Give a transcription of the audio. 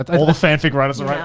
all the fanfic writers are yeah